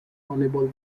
unable